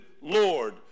lord